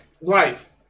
life